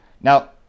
Now